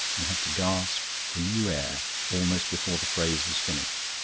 and had to gasp for new air almost before the phrase was finished.